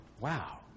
wow